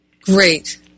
Great